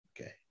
Okay